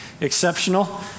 exceptional